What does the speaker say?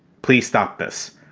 please stop this.